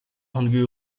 хоногийн